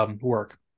work